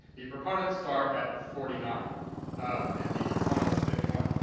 the proponents start at forty nine and the opponents at fifty one.